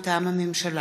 מטעם הממשלה: